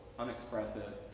unexpressive,